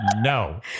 no